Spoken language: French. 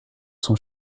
son